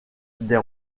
des